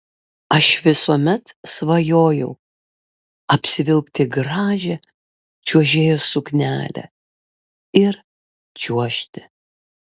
aš visuomet svajojau apsivilkti gražią čiuožėjos suknelę ir čiuožti